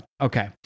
okay